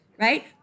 right